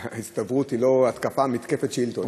ההצטברות היא לא מתקפת שאילתות.